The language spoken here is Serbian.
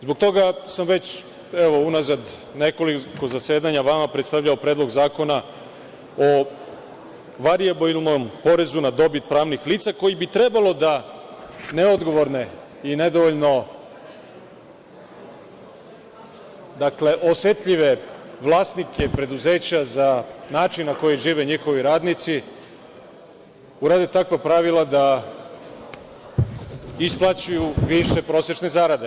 Zbog toga sam već evo unazad nekoliko zasedanja vama predstavljao predlog zakona o varijabilnom porezu na dobit pravnih lica koji bi trebalo da neodgovorne i nedovoljno osetljive vlasnike preduzeća za način na koji žive njihovi radnici urede takva pravila da isplaćuju više prosečne zarade.